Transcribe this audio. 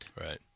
right